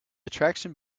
attraction